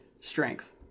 strength